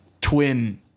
twin